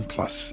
Plus